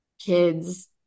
kids